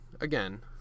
again